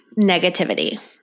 negativity